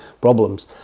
problems